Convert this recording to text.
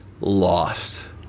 lost